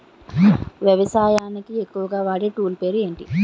వ్యవసాయానికి ఎక్కువుగా వాడే టూల్ పేరు ఏంటి?